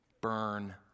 Burn